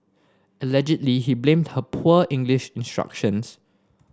allegedly he blamed her poor English instructions